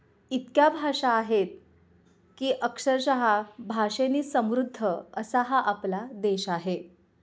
इतक्या भाषा आहेत की अक्षरशः भाषेनी समृद्ध असा हा आपला देश आहे